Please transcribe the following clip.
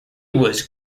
was